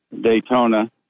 Daytona